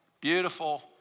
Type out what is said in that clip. beautiful